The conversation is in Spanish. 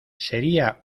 sería